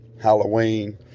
Halloween